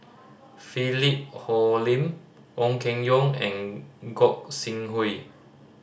Philip Hoalim Ong Keng Yong and Gog Sing Hooi